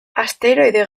asteroide